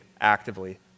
actively